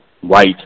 white